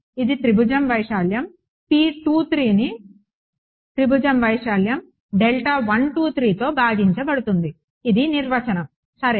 ఇది త్రిభుజం వైశాల్యం ని త్రిభుజం వైశాల్యం తో భాగించబడుతుంది ఇది నిర్వచనం సరే